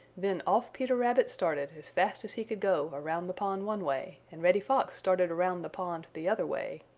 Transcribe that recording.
then off peter rabbit started as fast as he could go around the pond one way, and reddy fox started around the pond the other way.